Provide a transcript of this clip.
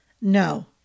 No